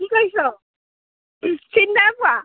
কি কৰিছ চিনি নাই পোৱা